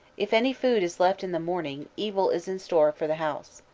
if any food is left in the morning, evil is in store for the house.